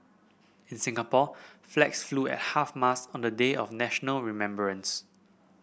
in Singapore flags flew at half mast on the day of national remembrance